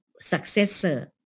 successor